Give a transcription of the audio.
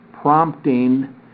prompting